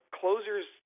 closers